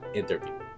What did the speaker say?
interview